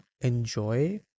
enjoy